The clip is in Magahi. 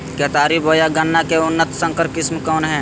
केतारी बोया गन्ना के उन्नत संकर किस्म कौन है?